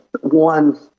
One